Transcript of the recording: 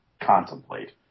contemplate